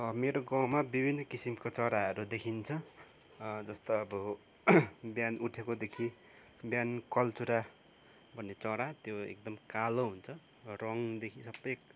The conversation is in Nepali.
मेरो गाउँमा विभिन्न किसिमको चराहरू देखिन्छ जस्तो अब बिहान उठेकोदेखि बिहान कल्चौँडा भन्ने चरा त्यो एकदम कालो हुन्छ रङदेखि सबै